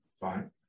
Fine